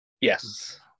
Yes